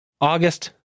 August